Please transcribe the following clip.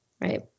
right